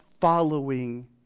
following